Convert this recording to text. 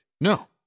No